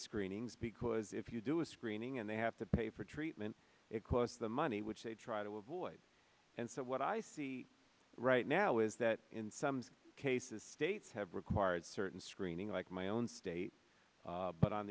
screenings because if you do a screening and they have to pay for treatment it costs them money which they try to avoid and so what i see right now is that in some cases states have required certain screening like my own state but on